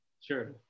sure